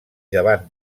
davant